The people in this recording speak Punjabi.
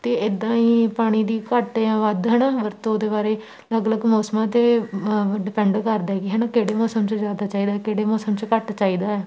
ਅਤੇ ਇੱਦਾਂ ਹੀ ਪਾਣੀ ਦੀ ਘੱਟ ਜਾਂ ਵੱਧ ਹੈ ਨਾ ਵਰਤੋਂ ਦੇ ਬਾਰੇ ਅਲੱਗ ਅਲੱਗ ਮੌਸਮਾਂ 'ਤੇ ਡਿਪੈਂਡ ਕਰਦਾ ਕਿ ਹੈ ਨਾ ਕਿਹੜੇ ਮੌਸਮ 'ਚ ਜ਼ਿਆਦਾ ਚਾਹੀਦਾ ਕਿਹੜੇ ਮੌਸਮ 'ਚ ਘੱਟ ਚਾਹੀਦਾ